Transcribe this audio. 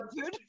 food